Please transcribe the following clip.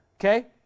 Okay